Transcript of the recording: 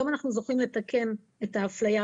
היום אנחנו זוכים לתקן את האפליה,